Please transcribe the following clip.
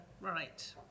right